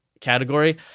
category